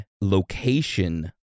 location